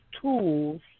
tools